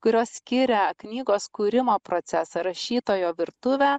kurios skiria knygos kūrimo procesą rašytojo virtuvę